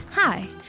Hi